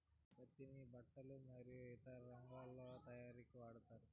పత్తిని బట్టలు మరియు ఇతర రంగాలలో తయారీకి వాడతారు